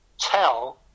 tell